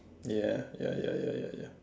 ya ya ya ya ya ya